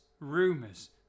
rumors